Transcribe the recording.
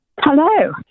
Hello